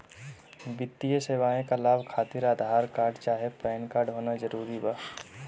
वित्तीय सेवाएं का लाभ खातिर आधार कार्ड चाहे पैन कार्ड होना जरूरी बा?